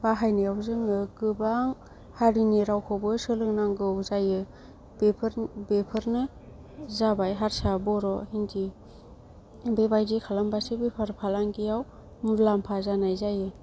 बाहायनायाव जोङो गोबां हारिनि रावखौबो सोलोंनांगौ जायो बेफोर बेफोरनो जाबाय हारसा बर' हिन्दि बेबादि खालामबासो बेफार फालांगियाव मुलामफा जानाय जायो